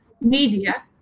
media